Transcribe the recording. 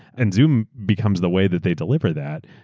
and zoom becomes the way that they deliver that.